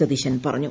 സതീശൻ പറഞ്ഞു